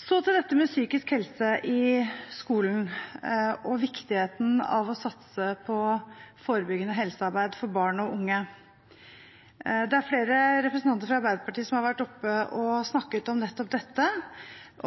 Så til dette med psykisk helse i skolen og viktigheten av å satse på forebyggende helsearbeid for barn og unge. Flere representanter fra Arbeiderpartiet har vært oppe og snakket om nettopp dette,